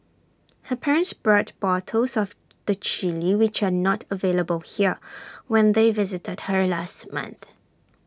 her parents brought bottles of the Chilli which are not available here when they visited her last month